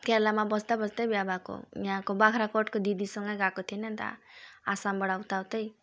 केरेलामा बस्दा बस्दै बिहा भएको यहाँको बाख्राकोटको दिदीसँगै गएको थिएँ नि त आसामबाट उताउतै